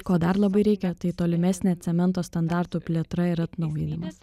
ko dar labai reikia tai tolimesnė cemento standartų plėtra ir atnaujinimas